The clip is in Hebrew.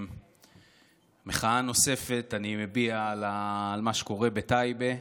מחאה נוספת אני מביע על מה שקורה בטייבה.